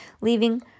leaving